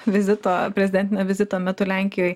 vizito prezidentinio vizito metu lenkijoj